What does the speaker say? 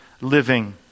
living